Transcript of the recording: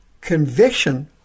Conviction